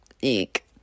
Eek